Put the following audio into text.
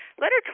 Letter